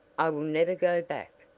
i will never go back.